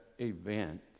event